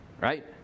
Right